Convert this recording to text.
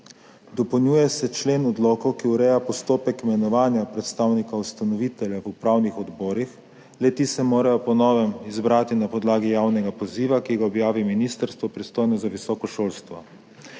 Dopolnjuje se člen odlokov, ki ureja postopek imenovanja predstavnikov ustanovitelja v upravnih odborih. Le-ti se morajo po novem izbrati na podlagi javnega poziva, ki ga objavi ministrstvo, pristojno za visoko šolstvo.